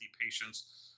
patients